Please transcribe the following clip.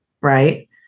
right